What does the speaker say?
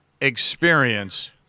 experience